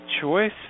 choice